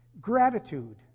Gratitude